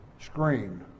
screen